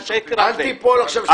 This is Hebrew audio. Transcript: אל תיפול בזה.